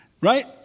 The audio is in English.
Right